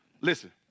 listen